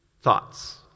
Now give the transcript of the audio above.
thoughts